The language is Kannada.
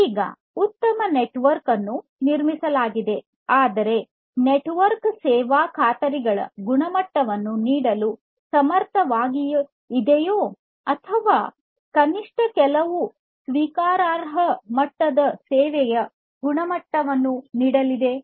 ಈಗ ಉತ್ತಮ ನೆಟ್ವರ್ಕ್ ಅನ್ನು ನಿರ್ಮಿಸಲಾಗಿದೆ ಆದರೆ ನೆಟ್ವರ್ಕ್ ಸೇವಾ ಖಾತರಿಗಳ ಗುಣಮಟ್ಟವನ್ನು ನೀಡಲು ಸಮರ್ಥವಾಗಿದೆಯೋ ಅಥವಾ ಕನಿಷ್ಠ ಕೆಲವು ಸ್ವೀಕಾರಾರ್ಹ ಮಟ್ಟದ ಸೇವೆಯ ಗುಣಮಟ್ಟವನ್ನು ನೀಡಲಿದೆ